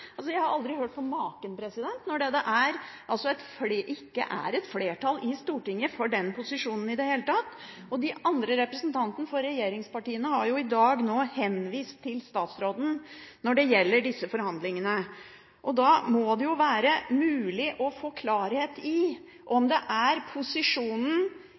Jeg har aldri hørt på maken når man tar i betraktning at det ikke i det hele tatt er et flertall i Stortinget for den posisjonen. De andre representantene for regjeringspartiene har i dag henvist til statsråden når det gjelder disse forhandlingene, og da må det jo være mulig å få klarhet i om det er posisjonen